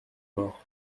morts